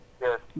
Yes